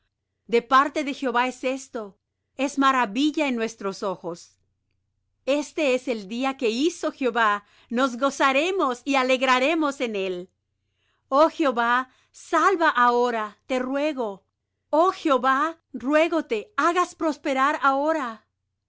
de parte de jehová es esto es maravilla en nuestros ojos este es el día que hizo jehová nos gozaremos y alegraremos en él oh jehová salva ahora te ruego oh jehová ruégote hagas prosperar ahora